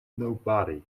nobody